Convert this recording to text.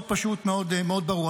מאוד פשוט, מאוד ברור.